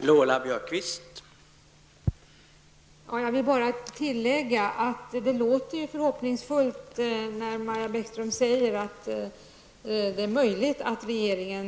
har i dag.